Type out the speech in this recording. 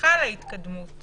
שחלה התקדמות